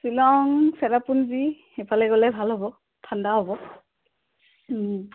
শ্বিলং চেৰাপুঞ্জী সেইফালে গ'লে ভাল হ'ব ঠাণ্ডা হ'ব